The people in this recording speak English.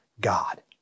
God